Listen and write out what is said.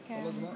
נהדר.